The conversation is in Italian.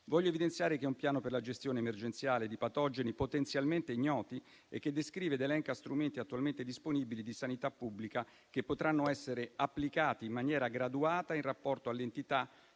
Voglio evidenziare che è un piano per la gestione emergenziale di patogeni potenzialmente ignoti e che descrive ed elenca strumenti attualmente disponibili di sanità pubblica, che potranno essere applicati in maniera graduata, in rapporto all'entità